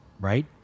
right